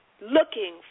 looking